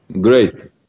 Great